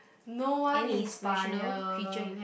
no one inspire